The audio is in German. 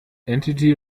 entity